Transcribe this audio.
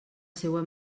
seua